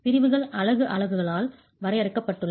பிரிவுகள் அலகு அளவுகளால் வரையறுக்கப்பட்டுள்ளன